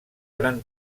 gran